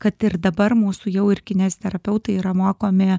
kad ir dabar mūsų jau ir kineziterapeutai yra mokomi